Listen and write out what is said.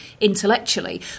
intellectually